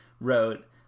wrote